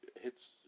Hits